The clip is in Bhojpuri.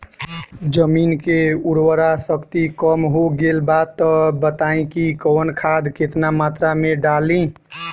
जमीन के उर्वारा शक्ति कम हो गेल बा तऽ बताईं कि कवन खाद केतना मत्रा में डालि?